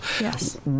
yes